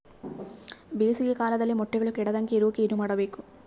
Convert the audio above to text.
ಬೇಸಿಗೆ ಕಾಲದಲ್ಲಿ ಮೊಟ್ಟೆಗಳು ಕೆಡದಂಗೆ ಇರೋಕೆ ಏನು ಮಾಡಬೇಕು?